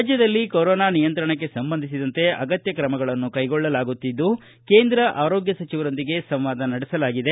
ರಾಜ್ಯದಲ್ಲಿ ಕೊರೊನಾ ನಿಯಂತ್ರಣಕ್ಕೆ ಸಂಬಂಧಿಸಿದಂತೆ ಅಗತ್ಯ ಕ್ರಮಗಳನ್ನು ಕೈಗೊಳ್ಳಲಾಗುತ್ತಿದ್ದು ಕೇಂದ್ರ ಆರೋಗ್ಯ ಸಚಿವರೊಂದಿಗೆ ಸಂವಾದ ನಡೆಸಲಾಗಿದೆ